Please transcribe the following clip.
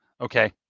okay